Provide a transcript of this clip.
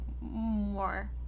more